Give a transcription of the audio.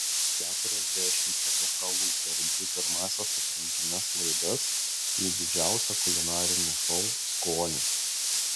keturiasdešimt patiekalų per dvi pirmąsias atrankines laidas į didžiausią kulinarinį šou skonis